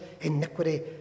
iniquity